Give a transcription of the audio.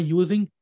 using